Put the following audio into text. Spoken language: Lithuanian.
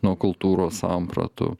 nuo kultūros sampratų